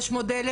יש מודלים,